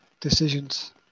decisions